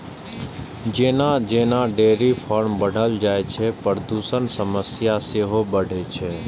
जेना जेना dairy farm बढ़ल जाइ छै, प्रदूषणक समस्या सेहो बढ़ै छै